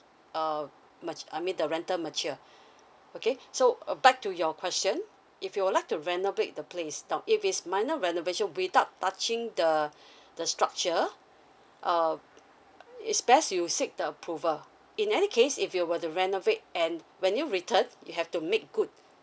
uh ma~ I mean the rental mature okay so uh back to your question if you would like to renovate the place now if it's minor renovation without touching the the structure uh it's best you seek the approval in any case if you were to renovate and when you return you have to make good